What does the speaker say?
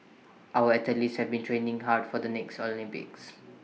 our athletes have been training hard for the next Olympics